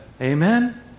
Amen